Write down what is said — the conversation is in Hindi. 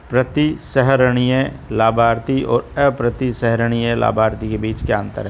प्रतिसंहरणीय लाभार्थी और अप्रतिसंहरणीय लाभार्थी के बीच क्या अंतर है?